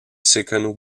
second